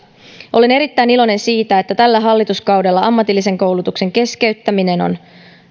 olen erittäin iloinen siitä että tällä hallituskaudella ammatillisen koulutuksen keskeyttäminen on